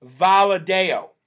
Valadeo